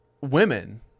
women